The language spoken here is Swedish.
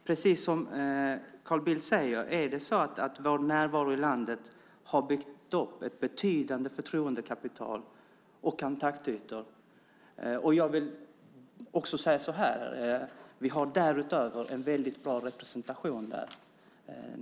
Precis som Carl Bildt säger har vår närvaro i Colombia byggt upp ett betydande förtroendekapital och goda kontaktytor. Därutöver har vi en mycket bra representation där.